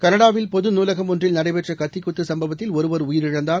கனடாவில் பொது நூலகம் ஒன்றில் நடைபெற்றகத்திக்குத்துசும்பவத்தில் ஒருவர் உயிரிழந்தார்